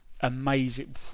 amazing